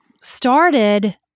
started